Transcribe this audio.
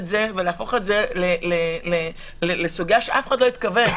ולהפוך את זה לסוגיה שאף אחד לא התכוון.